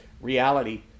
reality